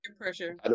pressure